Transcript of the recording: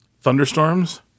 thunderstorms